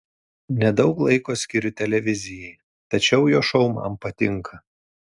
nedaug laiko skiriu televizijai tačiau jo šou man patinka